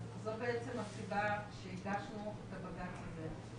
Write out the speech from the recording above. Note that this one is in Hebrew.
זו בעצם הסיבה שהגשנו את הבג"צ הזה.